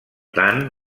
tant